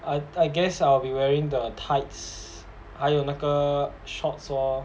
I I guess I'll be wearing the tights 还有那个 shorts lor